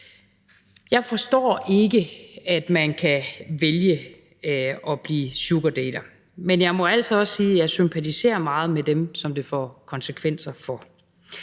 Jeg forstår ikke, at man kan vælge at blive sugardater, men jeg må altså også sige, at jeg sympatiserer meget med dem, som det får konsekvenser for.